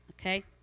okay